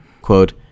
Quote